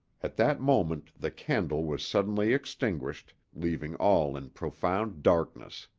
at that moment the candle was suddenly extinguished, leaving all in profound darkness.